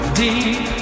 deep